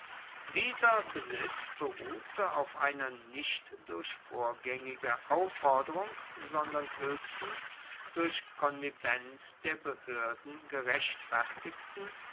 dieser besitz beruhte auf einer nicht durch vorgängige aufforderung sondern höchstens durch konnivenz der behörden gerechtfertigten